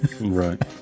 Right